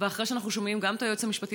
ואחרי שאנחנו שומעים גם את היועץ המשפטי